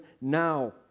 now